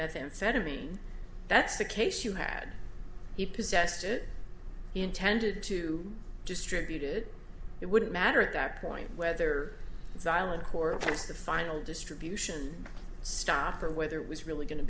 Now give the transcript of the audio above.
methamphetamine that's the case you had he possessed it intended to distribute it it wouldn't matter at that point whether xylo cortex the final distribution stop or whether it was really go